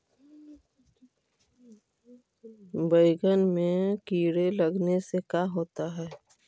बैंगन में कीड़े लगने से का होता है?